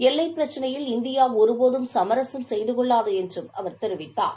எல்லைப் பிரச்னையில் இந்தியா ஒரு போதும் சமரசும் செய்து கொள்ளாது என்று அவர் தெரிவித்தார்